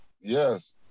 Yes